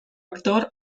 actor